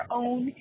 own